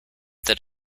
that